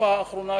בתקופה האחרונה,